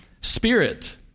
Spirit